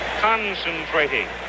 concentrating